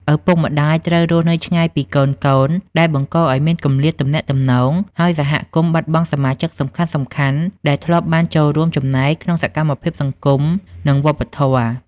ឪពុកម្តាយត្រូវរស់នៅឆ្ងាយពីកូនៗ ដែលបង្កឲ្យមានគម្លាតទំនាក់ទំនង ហើយសហគមន៍បាត់បង់សមាជិកសំខាន់ៗដែលធ្លាប់បានចូលរួមចំណែកក្នុងសកម្មភាពសង្គម និងវប្បធម៌។